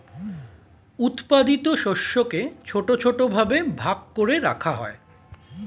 উৎপাদিত শস্যকে ছোট ছোট ভাবে ভাগ করে রাখা হয়